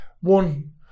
one